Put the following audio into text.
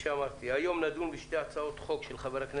היום נדון בשתי הצעות חוק של חברי הכנסת,